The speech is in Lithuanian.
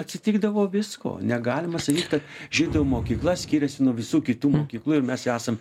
atsitikdavo visko negalima sakyt kad žydų mokykla skiriasi nuo visų kitų mokyklų ir mes esam